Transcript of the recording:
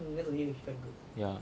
yeah